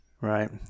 Right